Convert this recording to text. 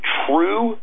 true